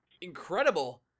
incredible